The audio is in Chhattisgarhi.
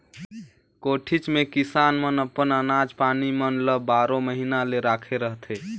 कोठीच मे किसान मन अपन अनाज पानी मन ल बारो महिना ले राखे रहथे